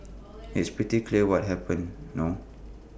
it's pretty clear what happened no